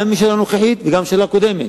גם בממשלה הנוכחית וגם בממשלה הקודמת,